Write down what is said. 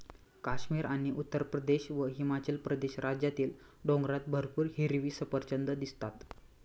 काश्मीर आणि उत्तरप्रदेश व हिमाचल प्रदेश राज्यातील डोंगरात भरपूर हिरवी सफरचंदं दिसतात